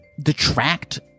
detract